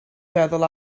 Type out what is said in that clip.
feddwl